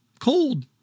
cold